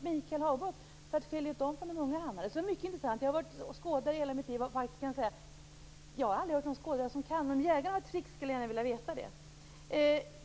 Michael Hagberg åt för att skilja ut dem från de unga hannarna? Det skulle vara mycket intressant att få veta. Jag har skådat i hela mitt liv, men jag har aldrig hört någon skådare som kan det. Men om jägarna har några tricks skulle jag gärna vilja veta det.